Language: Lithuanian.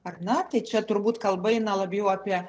ar ne tai čia turbūt kalba eina labiau apie